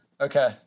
Okay